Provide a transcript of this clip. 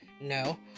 no